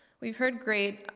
we've heard great,